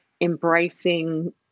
embracing